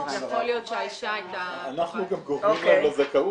-- יכול להיות שהאישה הייתה -- אנחנו גם גובים על הזכאות.